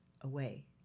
away